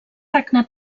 regnar